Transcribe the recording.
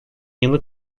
yıllık